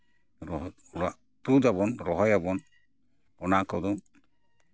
ᱛᱩᱫ ᱟᱵᱚᱱ ᱨᱚᱦᱚᱭ ᱟᱵᱚᱱ ᱚᱱᱟ ᱠᱚᱫᱚ